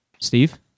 Steve